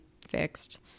fixed